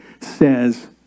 says